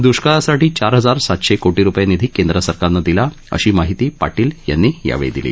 द्ष्काळासाठी चार हजार सातशे कोटी रूपये निधी केंद्र सरकारनं दिला अशी माहिती पाटील यांनी यावेळी दिली